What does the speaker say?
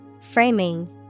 Framing